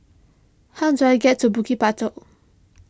how do I get to Bukit Batok